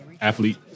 Athlete